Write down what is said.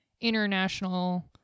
international